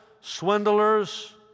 swindlers